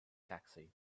taxi